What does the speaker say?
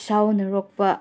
ꯁꯥꯎꯅꯔꯛꯄ